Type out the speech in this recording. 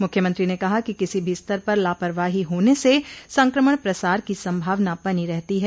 मूख्यमंत्री ने कहा कि किसी भी स्तर पर लापरवाही होने से संक्रमण प्रसार की संभावना बनी रहती है